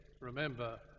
remember